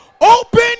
Open